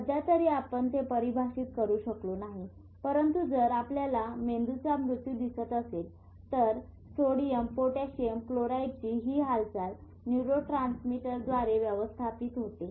सद्यातरी आपण ते परिभाषित करू शकलो नाही परंतु जर आपल्याला मेंदूचा मृत्यू दिसत असेल तर सोडियम पोटॅशियम क्लोराईडची ही हालचाल या न्यूरोट्रांसमीटरद्वारे व्यवस्थापित होते